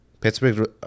Pittsburgh